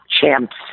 Champ's